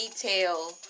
Detail